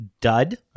Dud